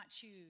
choose